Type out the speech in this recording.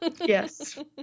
yes